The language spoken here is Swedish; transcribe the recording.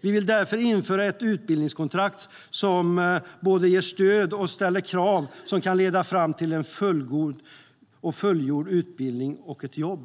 Vi vill därför införa ett utbildningskontrakt som både ger stöd och ställer krav som kan leda fram till en fullgjord utbildning och ett jobb.